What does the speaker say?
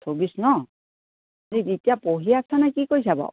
চৌব্বিছ ন এতিয়া পঢ়ি আছা নে কি কৰিছা বাৰু